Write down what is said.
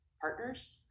partners